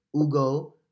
Ugo